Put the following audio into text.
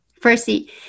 Firstly